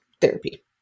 therapy